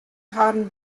harren